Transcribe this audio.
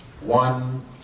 one